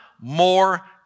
more